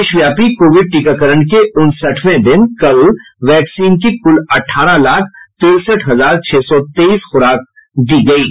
देशव्यापी कोविड टीकाकरण के उनसठवें दिन कल वैक्सीन की कुल अठारह लाख तिरसठ हजार छह सौ तेईस खुराकें दी गईं